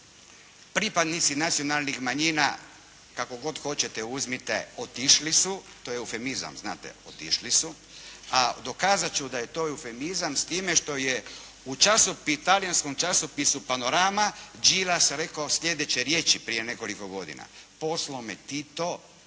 pripadnici nacionalnih manjina kako god hoćete uzmite otišli su, to je eufemizam znate "otišli su", a dokazati ću da je to eufemizam s time što je u časopisu, talijanskom časopisu panorama …/Govornik se ne razumije./… rekao sljedeće riječi prije nekoliko godina: "poslao me Tito, mene